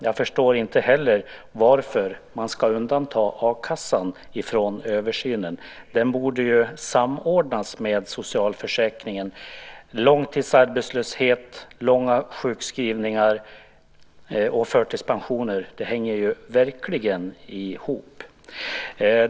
Jag förstår inte heller varför man ska undanta a-kassan från översynen. Den borde samordnas med socialförsäkringen. Långtidsarbetslöshet, långa sjukskrivningar och förtidspensioner hänger verkligen ihop.